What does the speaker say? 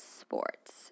sports